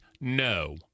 No